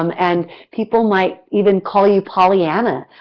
um and people might even call you pollyanna,